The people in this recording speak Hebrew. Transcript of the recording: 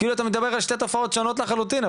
כאילו אתה מדבר על שתי תופעות שונות לחלוטין,